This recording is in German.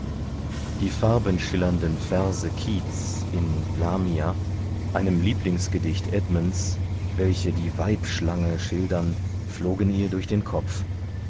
die farbenschillernden verse keats in lamia einem lieblingsgedicht edmunds welche die weibschlange schildern flogen ihr durch den kopf